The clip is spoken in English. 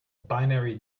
binary